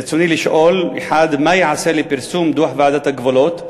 רצוני לשאול: 1. מה ייעשה לפרסום דוח ועדת הגבולות?